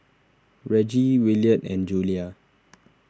Reggie Williard and Julia